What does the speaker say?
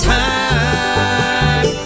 time